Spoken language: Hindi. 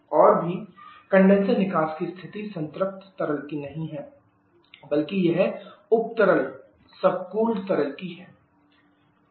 और भी कंडेनसर निकास की स्थिति संतृप्त तरल की नहीं है बल्कि यह उप तरल तरल की है